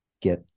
get